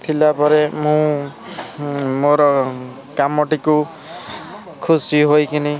ଥିଲା ପରେ ମୁଁ ମୋର କାମଟିକୁ ଖୁସି ହୋଇକିନି